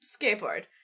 skateboard